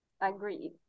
Agreed